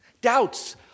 Doubts